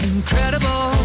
Incredible